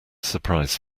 surprise